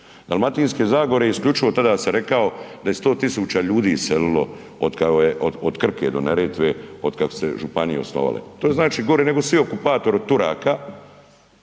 Dalmatinske zagore isključivo tada sam rekao da je 100.000 ljudi iselilo od Krke do Neretve od kada su se županije osnovale. To znači gore nego svi okupatori od Turaka,